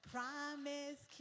Promise